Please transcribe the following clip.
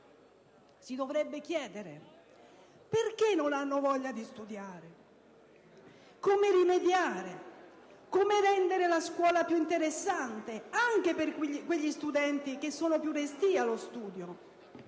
si dovrebbe chiedere perché non hanno voglia di studiare, come rimediarvi, come rendere la scuola più interessante anche per quegli studenti che sono più restii allo studio.